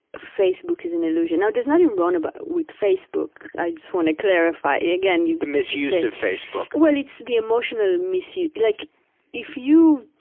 facebook is an illusion. now, there's nothing wrong but with facebook. i just want to clarify, again paul the misuse of facebook. well, it's the emotional misu, like if you,